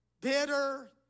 bitter